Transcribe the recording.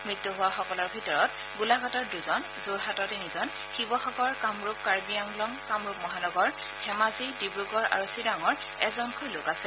মৃত্যু হোৱাসকলৰ ভিতৰত গোলাঘাটৰ দুজন যোৰহাটৰ তিনিজন শিৱসাগৰ কামৰূপ কাৰ্বি আংলং কামৰূপ মহানগৰ ধেমাজি ডিব্ৰগড় আৰু চিৰাঙৰ এজনকৈ লোক আছে